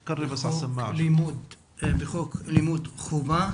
או לא כלולים בחוק לימוד חובה?